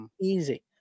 Easy